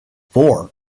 four